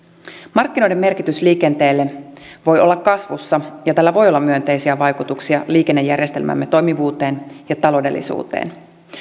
markkinoiden merkitys liikenteelle voi olla kasvussa ja tällä voi olla myönteisiä vaikutuksia liikennejärjestelmämme toimivuuteen ja taloudellisuuteen